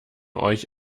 euch